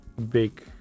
big